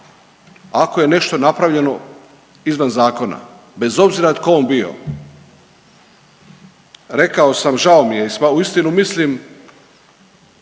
ako je nešto napravljeno izvan zakona, bez obzira tko on bio. Rekao sam, žao mi je i uistinu mislim